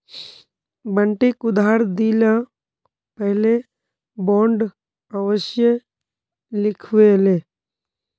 बंटिक उधार दि ल पहले बॉन्ड अवश्य लिखवइ ले